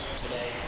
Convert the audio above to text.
today